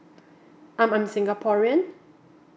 I'm I'm singaporean